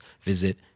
visit